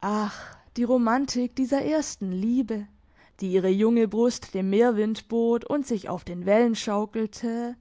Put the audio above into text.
ach die romantik dieser ersten liebe die ihre junge brust dem meerwind bot und sich auf den wellen schaukelte